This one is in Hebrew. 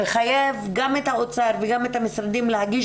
לחייב גם את האוצר וגם את המשרדים להגיש